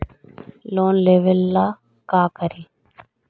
Loan लेबे ला का करि?